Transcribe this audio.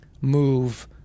move